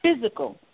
physical